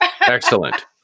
Excellent